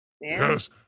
Yes